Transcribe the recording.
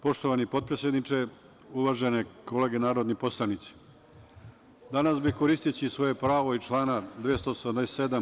Poštovani potpredsedniče, uvažene kolege narodni poslanici, danas bih koristiće svoje pravo iz člana 287.